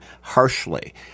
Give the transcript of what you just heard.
harshly